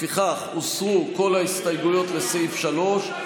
לפיכך הוסרו כל ההסתייגויות לסעיף 3,